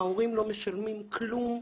ההורים לא משלמים כלום,